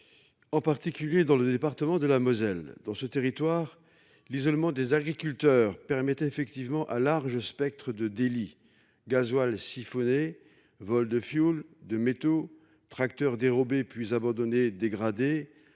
En particulier dans le département de la Moselle dans ce territoire l'isolement des agriculteurs permettait effectivement à large spectre de délit gasoil siphonnés Vol de fioul de métaux tracteurs dérobé puis abandonné dégradé